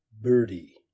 Birdie